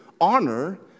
honor